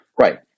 Right